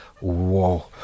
whoa